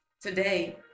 Today